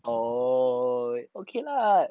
oh okay lah